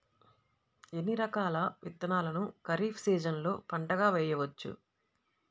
ఎన్ని రకాల విత్తనాలను ఖరీఫ్ సీజన్లో పంటగా వేయచ్చు?